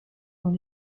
dans